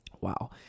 Wow